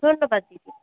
ধন্যবাদ দিদি